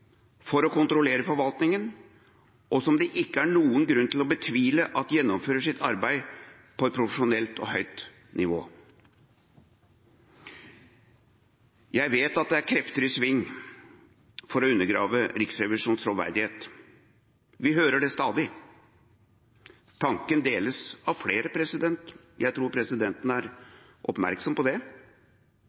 for å kontrollere forvaltningen, og som det ikke er noen grunn til å betvile at gjennomfører sitt arbeid på et profesjonelt og høyt nivå. Jeg vet at det er krefter i sving for å undergrave Riksrevisjonens troverdighet. Vi hører det stadig. Tanken deles av flere. Jeg tror presidenten er oppmerksom på det.